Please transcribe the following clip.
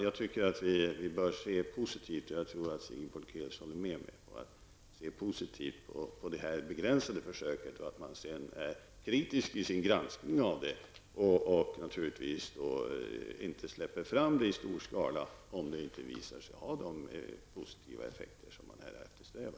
Jag tycker att vi bör se positivt -- och det håller nog Sigrid Bolkéus med om -- på detta begränsade försök och sedan vara kritiska i vår granskning av det. Man får inte släppa fram modellen i stor skala, om den inte visar sig ha de positiva effekter som man eftersträvar.